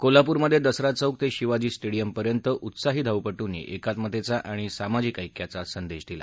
कोल्हापूस्मधे दसरा चौक ते शिवाजी स्टेडियमपर्यंत उत्साही धावपटूंनी एकात्मतेचा आणि सामाजिक ऐक्याचा संदेश दिला